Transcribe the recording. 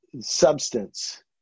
substance